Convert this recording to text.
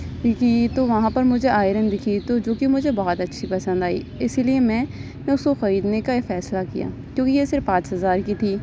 کیونکہ تو وہاں پر مجھے آئرن دکھی تو جو کہ مجھے بہت اچھی پسند آئی اِسی لیے میں نے اُس کو خریدنے کا یہ فیصلہ کیا کیونکہ یہ صرف پانچ ہزار کی تھی